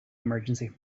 emergency